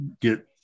get